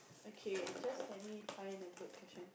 okay just let me find a good question